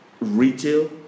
retail